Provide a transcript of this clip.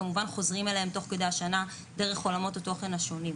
וחוזרים אליהם במשך השנה דרך עולמות התוכן השונים.